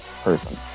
person